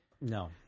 No